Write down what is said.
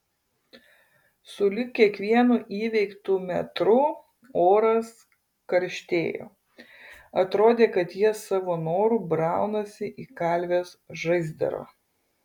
sulig kiekvienu įveiktu metru oras karštėjo atrodė kad jie savo noru braunasi į kalvės žaizdrą